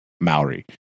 Maori